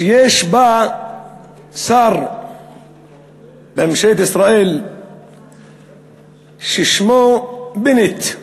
שיש בה שר בממשלת ישראל ששמו בנט,